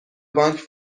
بانک